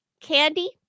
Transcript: Candy